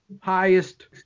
highest